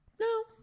No